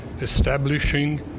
establishing